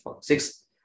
six